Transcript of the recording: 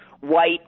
white